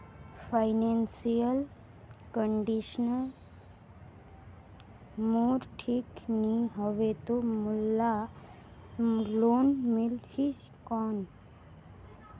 Financial condition मोर ठीक नी हवे तो मोला लोन मिल ही कौन??